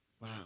Wow